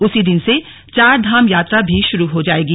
उसी दिन से चारधाम यात्रा भी शुरू हो जाएगी